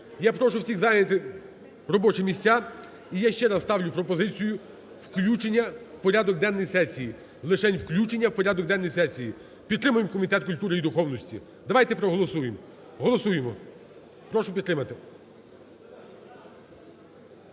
Я прошу всіх зайняти робочі місця. І я ще раз ставлю пропозицію, включення в порядок денний сесії, лишень включення в порядок денний сесії. Підтримаємо Комітет культури і духовності, давайте проголосуємо, голосуємо. Прошу підтримати.